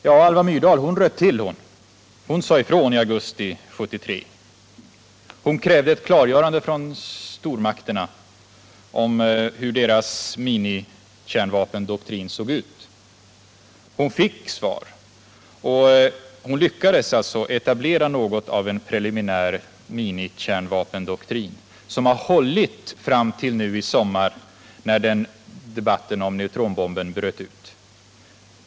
Ja, Alva Myrdal röt till hon. Hon sade ifrån i augusti 1973. Hon krävde ett klargörande från stormakterna om hur deras minikärnvapendoktrin såg ut. Hon fick svar och lyckades alltså etablera något av en preliminär kärnvapendoktrin, som har hållit fram till nu i sommar, när debatten om neutronbomben bröt ut.